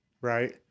Right